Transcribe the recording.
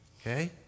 Okay